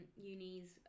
uni's